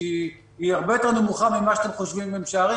כי היא הרבה יותר נמוכה ממה שאתם חושבים ומשערים.